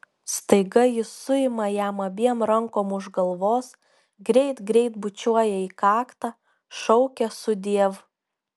staiga ji suima jam abiem rankom už galvos greit greit bučiuoja į kaktą šaukia sudiev